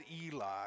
Eli